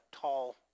tall